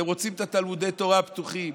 אתם רוצים את תלמודי התורה פתוחים?